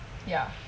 ya